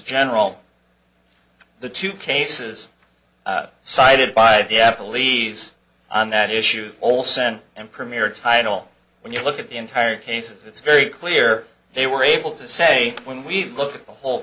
general the two cases cited by the apple leaves on that issue olson and premier title when you look at the entire cases it's very clear they were able to say when we look at the whole